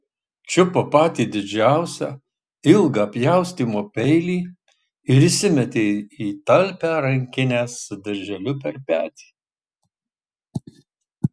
čiupo patį didžiausią ilgą pjaustymo peilį ir įsimetė į talpią rankinę su dirželiu per petį